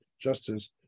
justice